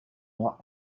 not